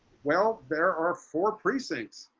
well, there are four precincts.